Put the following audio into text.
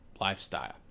lifestyle